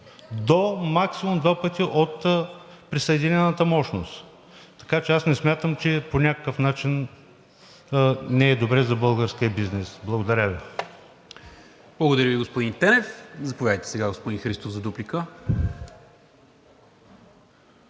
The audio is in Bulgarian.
до максимум два пъти от присъединената мощност. Така че не смятам, че по някакъв начин не е добре за българския бизнес. Благодаря Ви. ПРЕДСЕДАТЕЛ НИКОЛА МИНЧЕВ: Благодаря Ви, господин Тенев. Заповядайте, господин Христов, за дуплика.